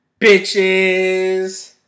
bitches